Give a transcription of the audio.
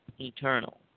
eternal